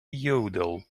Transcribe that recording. yodel